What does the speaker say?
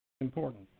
Important